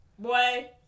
Boy